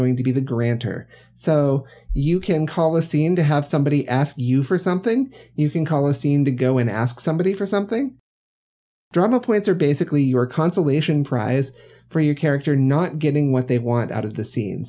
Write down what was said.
going to be the grantor so you can call a scene to have somebody ask you for something you can call a scene to go and ask somebody for something drama points are basically your consolation prize for your character not getting what they want out of the scene